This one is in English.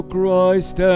Christ